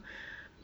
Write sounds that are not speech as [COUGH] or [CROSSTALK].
[BREATH]